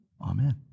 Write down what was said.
Amen